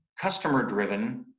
customer-driven